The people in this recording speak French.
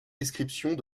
descriptions